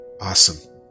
Awesome